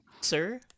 Sir